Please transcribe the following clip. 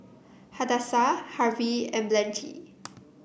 Hadassah Harvey and Blanchie